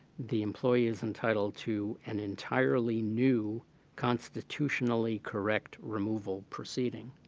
the employee's entitled to an entirely new constitutionally correct removal proceeding.